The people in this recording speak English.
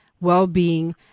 well-being